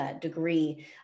Degree